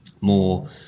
more